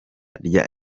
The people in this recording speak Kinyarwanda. rya